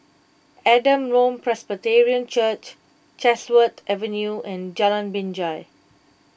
Adam Road Presbyterian Church Chatsworth Avenue and Jalan Binjai